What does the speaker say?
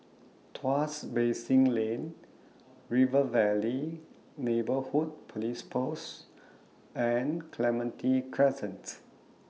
Tuas Basin Lane River Valley Neighbourhood Police Post and Clementi Crescent